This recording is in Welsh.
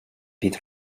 fydd